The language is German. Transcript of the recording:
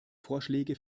vorschläge